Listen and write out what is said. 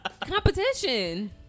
Competition